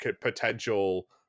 potential